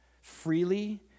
freely